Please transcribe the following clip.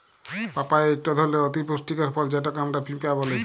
papaya ইকট ধরলের অতি পুষ্টিকর ফল যেটকে আমরা পিঁপা ব্যলি